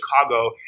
Chicago